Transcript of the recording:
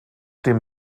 dem